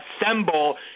assemble